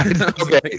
okay